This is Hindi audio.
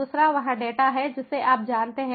दूसरा वह डेटा है जिसे आप जानते हैं